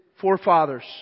forefathers